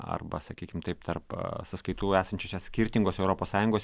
arba sakykim taip tarp sąskaitų esančių skirtingose europos sąjungos